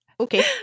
okay